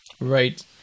Right